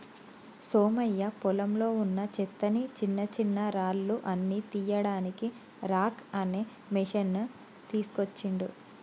సోమయ్య పొలంలో వున్నా చెత్తని చిన్నచిన్నరాళ్లు అన్ని తీయడానికి రాక్ అనే మెషిన్ తీస్కోచిండు